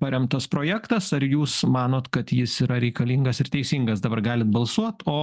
paremtas projektas ar jūs manot kad jis yra reikalingas ir teisingas dabar galit balsuot o